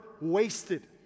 wasted